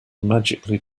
magically